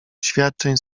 świadczeń